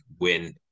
win